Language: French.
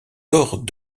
lors